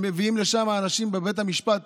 שמביאים לבית המשפט